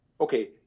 okay